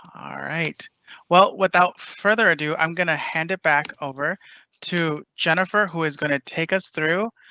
um alright well without further ado i'm gonna hand it back over to jennifer who is gonna take us through